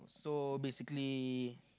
so basically